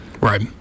Right